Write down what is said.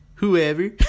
whoever